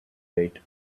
wait